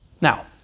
Now